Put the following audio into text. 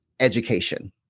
education